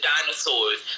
dinosaurs